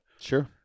Sure